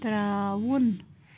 ترٛاوُن